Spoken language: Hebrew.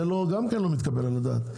זה גם לא מתקבל על הדעת.